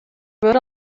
rode